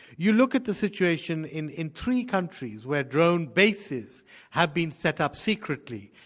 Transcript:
you look at the situation in in three countries where drone bases have been set up secretly,